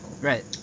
Right